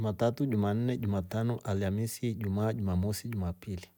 Jumatatu. jumanne. jumatano. alhamisi. ijumaa. jumamosi. jumapili.